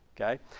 okay